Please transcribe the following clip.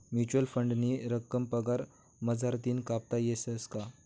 Mutual फंडनी रक्कम पगार मझारतीन कापता येस का?